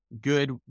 good